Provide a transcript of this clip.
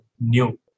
new